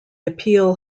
appeal